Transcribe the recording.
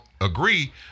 agree